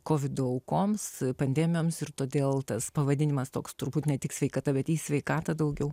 kovido aukoms pandemijoms ir todėl tas pavadinimas toks turbūt ne tik sveikata bet į sveikatą daugiau